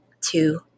two